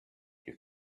you